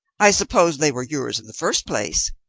i suppose they were yours in the first place?